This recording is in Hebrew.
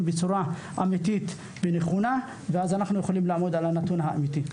בצורה אמיתית ונכונה ואז נוכל לעמוד על הנתון האמיתי.